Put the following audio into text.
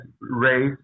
race